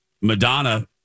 Madonna